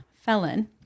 felon